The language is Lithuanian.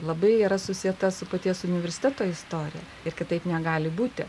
labai yra susieta su paties universiteto istorija ir kitaip negali būti